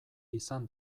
izan